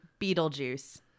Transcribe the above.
Beetlejuice